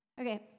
Okay